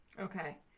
Okay